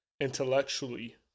intellectually